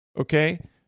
okay